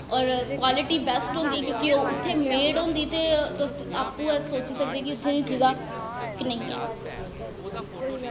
होर quality waste होंदी क्योंकि ओह् उत्थै मेड़ होंदी ते तुस आपूं गै सोची सकदे ओह् चीजां कनेहियां न